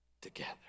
together